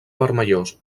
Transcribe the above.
vermellós